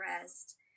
rest